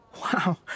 Wow